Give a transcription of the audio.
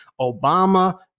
Obama